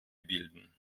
bilden